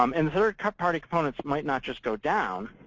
um and the third-party components might not just go down,